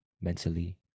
mentally